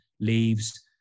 leaves